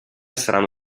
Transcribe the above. saranno